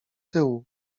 tyłu